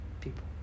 people